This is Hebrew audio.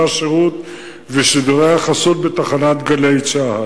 השירות ושידורי החסות בתחנת "גלי צה"ל",